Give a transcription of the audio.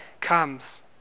comes